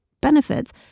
benefits